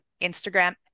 instagram